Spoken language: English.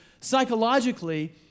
psychologically